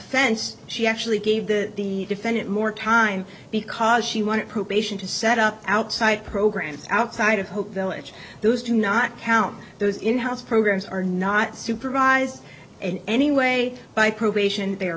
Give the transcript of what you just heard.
fense she actually gave the defendant more time because she wanted probation to set up outside programs outside of hope village those do not count those in house programs are not supervised in any way by probation they